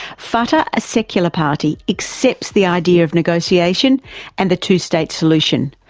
fatah, a secular party, accepts the idea of negotiation and the two-state solution,